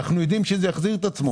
אנחנו יודעים שזה יחזיר את עצמו,